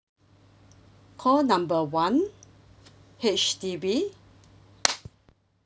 call number one H_D_B